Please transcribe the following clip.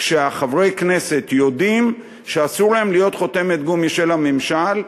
כשחברי הכנסת יודעים שאסור להם להיות חותמת גומי של הממשל,